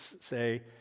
say